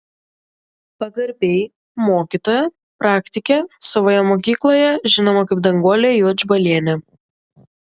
pagarbiai mokytoja praktikė savoje mokykloje žinoma kaip danguolė juodžbalienė